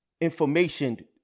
information